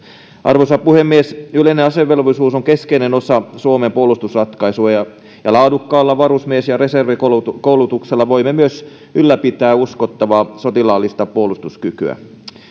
arvoisa puhemies yleinen asevelvollisuus on keskeinen osa suomen puolustusratkaisua ja ja laadukkaalla varusmies ja reservikoulutuksella voimme myös ylläpitää uskottavaa sotilaallista puolustuskykyä